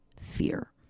fear